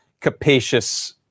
capacious